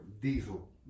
diesel